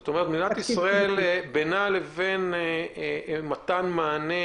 זאת אומרת שמה שעומד בפני מתן מענה